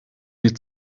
die